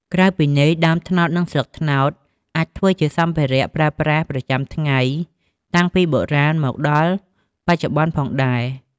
ក្រៅពីនេះដើមត្នោតនិងស្លឹកត្នោតអាចធ្វើជាសម្ភារៈប្រើប្រាសប្រចាំថ្ងៃតាំងពីបុរាណមកដល់បច្ចុប្បន្នផងដែរ។